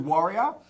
Warrior